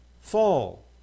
fall